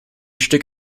stück